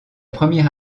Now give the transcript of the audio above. première